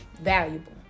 valuable